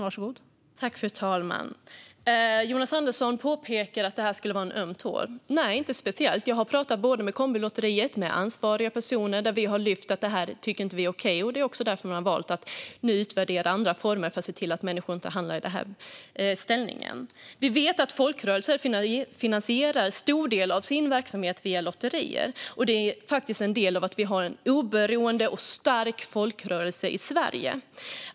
Fru talman! Jonas Andersson säger att detta skulle vara en öm tå. Nej, inte speciellt. Jag har pratat med Kombilotteriet och med ansvariga personer. Vi har sagt: Det här tycker inte vi är okej. Det är också därför man har valt att nu utvärdera andra former för att se till att människor inte hamnar i det här läget. Vi vet att folkrörelser finansierar en stor del av sin verksamhet via lotterier. Det är faktiskt en anledning till att vi har en oberoende och stark folkrörelse i Sverige.